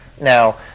Now